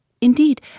Indeed